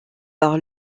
par